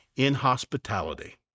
inhospitality